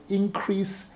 increase